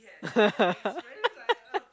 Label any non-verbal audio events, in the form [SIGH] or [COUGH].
[LAUGHS]